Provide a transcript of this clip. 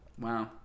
Wow